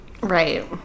Right